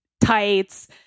tights